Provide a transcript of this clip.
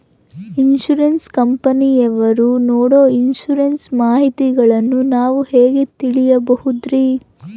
Insurance ಕಂಪನಿಯವರು ನೇಡೊ insurance ಮಾಹಿತಿಗಳನ್ನು ನಾವು ಹೆಂಗ ತಿಳಿಬಹುದ್ರಿ?